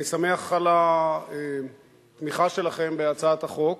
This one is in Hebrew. אני שמח על התמיכה שלכם בהצעת החוק.